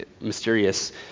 mysterious